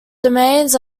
domains